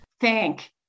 thank